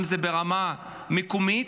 אם זה ברמה מקומית,